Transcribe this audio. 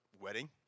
wedding